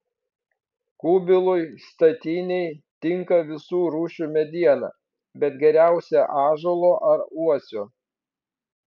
kubilui statinei tinka visų rūšių mediena bet geriausia ąžuolo ar uosio